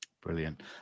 Brilliant